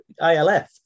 ILF